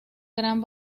gran